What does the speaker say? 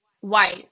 white